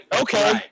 Okay